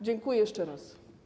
Dziękuję jeszcze raz.